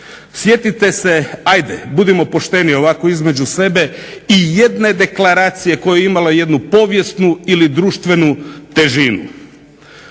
Sjetite se, ajde budimo pošteni ovako između sebe, ijedne deklaracije koja je imala jednu povijesnu ili društvenu težinu.